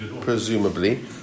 presumably